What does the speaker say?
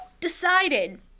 decided